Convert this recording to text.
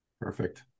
Perfect